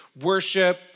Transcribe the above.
worship